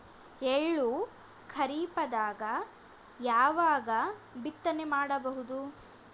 ಎಳ್ಳು ಖರೀಪದಾಗ ಯಾವಗ ಬಿತ್ತನೆ ಮಾಡಬಹುದು?